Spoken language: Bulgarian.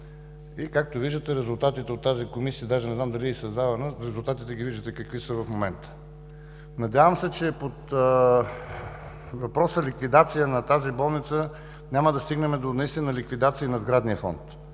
една комисия“. Резултатите от тази комисия – даже не знам дали е и създавана, ги виждате какви са в момента. Надявам се, под въпроса „ликвидация на тази болница“ няма да стигнем до ликвидация на сградния фонд,